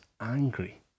angry